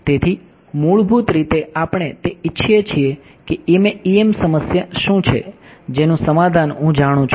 તેથી મૂળભૂત રીતે આપણે તે ઇચ્છીએ છીએ કે EM સમસ્યા શું છે જેનું સમાધાન હું જાણું છું